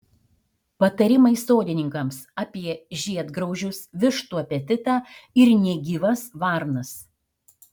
patarimai sodininkams apie žiedgraužius vištų apetitą ir negyvas varnas